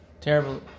Terrible